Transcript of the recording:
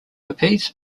appease